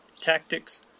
tactics